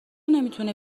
نمیتونی